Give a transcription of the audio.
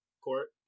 court